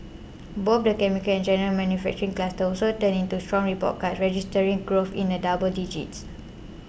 both the chemicals and general manufacturing clusters also turned in strong report cards registering growth in the double digits